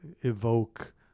evoke